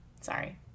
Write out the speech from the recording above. Sorry